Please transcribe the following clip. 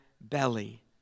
belly